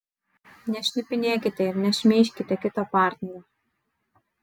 nešnipinėkite ir nešmeižkite kito partnerio